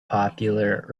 popular